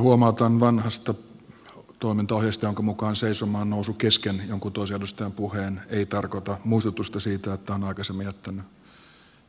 huomautan vanhasta toimintaohjeesta jonka mukaan seisomaan nousu kesken jonkun toisen edustajan puheen ei tarkoita muistutusta siitä että on aikaisemmin jättänyt